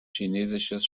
chinesisches